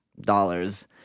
dollars